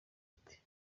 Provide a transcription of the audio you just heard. ati